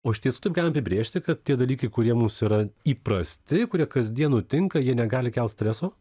o iš tiesų taip galim apibrėžti kad tie dalykai kurie mums yra įprasti kurie kasdien nutinka jie negali kelt streso